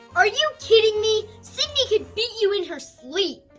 are you kidding me? cindy could beat you in her sleep!